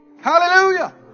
Hallelujah